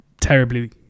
terribly